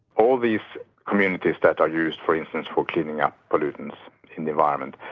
all these communities that are used, for instance, for cleaning up pollutants in the environment,